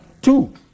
Two